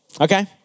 Okay